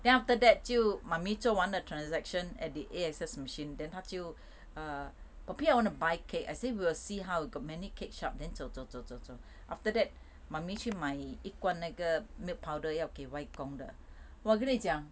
then after that 就 mummy 做完了 transaction at the A_X_S machine then 她就 err poppy I want to buy cake I say we will see how got many cake shop then 走走走走 after that mummy 去买一罐那个 milk powder 要给外公的我跟你讲